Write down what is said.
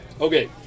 okay